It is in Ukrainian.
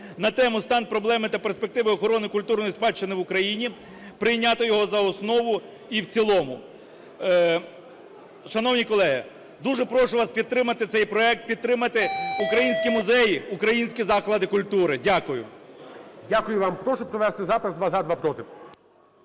на тему: "Стан, проблеми та перспективи охорони культурної спадщини в Україні", прийняти його за основу і в цілому. Шановні колеги, дуже прошу вас підтримати цей проект, підтримати українські музеї, українські заклади культури. Дякую. ГОЛОВУЮЧИЙ. Дякую вам. Прошу провести запис: два – за, два – проти.